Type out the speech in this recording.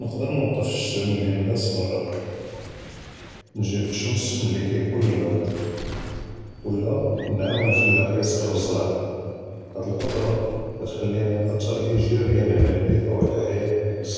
נ’قدر נ’ווקף השעל לנס ברא נ’ג’יב השמש מלי כ’יקום אלברד ולא כ’נא’עון אלפלאחה יסקיו זרע הזי אלקד’רה ת’ח’ליני נ’את’ר אג’אביא עלא אלביא’ה וח’יאת אלנס.